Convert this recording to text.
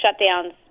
shutdowns